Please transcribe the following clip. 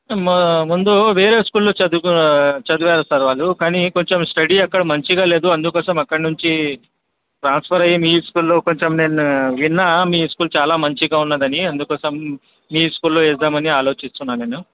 మా ముందు వేరే స్కూల్లో చదువుకు చదివారు సార్ వాళ్ళు కానీ కొంచెం స్టడీ అక్కడ మంచిగా లేదు అందుకోసం అక్కడి నుంచి ట్రాన్స్ఫర్ అయ్యి మీ స్కూల్లో కొంచెం నేను విన్నాను మీ స్కూల్ చాలా మంచిగా ఉందని అందుకోసం మీ స్కూల్లో వెద్దామని ఆలోచిస్తున్నాను నేను